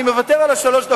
אני מוותר על שלוש הדקות שלי,